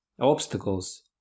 obstacles